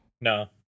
no